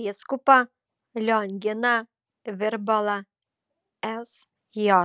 vyskupą lionginą virbalą sj